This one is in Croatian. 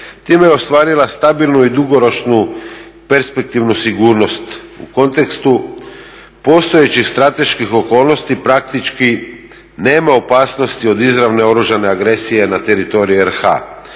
Time je ostvarila stabilnu i dugoročnu perspektivnu sigurnost u kontekstu postojećih strateških okolnosti, praktički nema opasnosti od izravne oružane agresije na teritoriju RH,